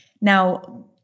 now